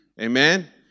Amen